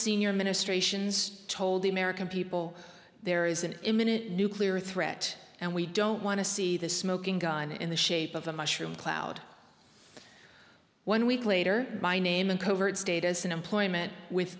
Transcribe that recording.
times ministrations told the american people there is an imminent nuclear threat and we don't want to see the smoking gun in the shape of a mushroom cloud one week later by name in covert status in employment with